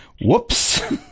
Whoops